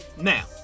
Now